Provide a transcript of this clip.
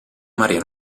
maria